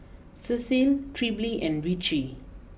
Cecilia Trilby and Richie